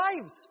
lives